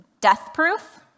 death-proof